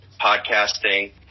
podcasting